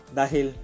dahil